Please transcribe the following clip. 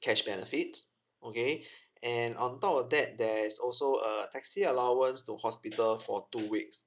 cash benefits okay and on top of that there is also a taxi allowance to hospital for two weeks